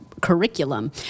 curriculum